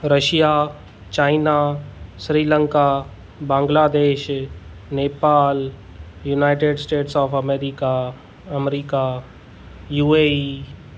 Russia China Sri Lanka Bangladesh Nepal United States of America America U A E